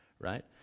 right